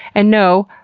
and no,